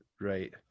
right